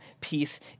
peace